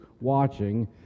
watching